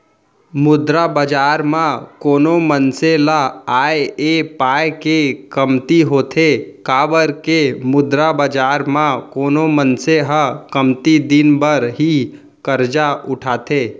मुद्रा बजार म कोनो मनसे ल आय ऐ पाय के कमती होथे काबर के मुद्रा बजार म कोनो मनसे ह कमती दिन बर ही करजा उठाथे